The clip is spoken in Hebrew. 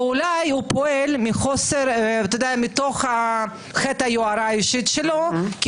ואולי פועל מתוך ח היוהרה האישי שלו כי